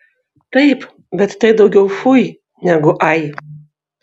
taip bet tai daugiau fui negu ai